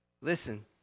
Listen